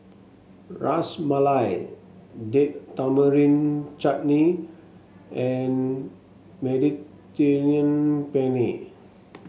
Ras Malai Date Tamarind Chutney and Mediterranean Penne